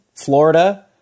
Florida